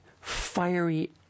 fiery